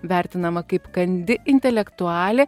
vertinama kaip kandi intelektualė